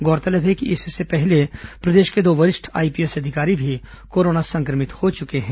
गौरतलब है कि इससे पहले प्रदेश के दो वरिष्ठ आईपीएस अधिकारी भी कोरोना संक्रमित हो चुके हैं